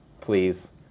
please